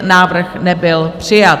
Návrh nebyl přijat.